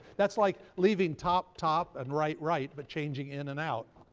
that's like leaving top, top and right, right, but changing in and out,